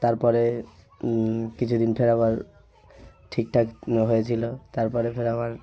তারপরে কিছুদিন ফের আবার ঠিকঠাক হয়েছিলো তারপরে ফের আবার